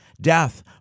death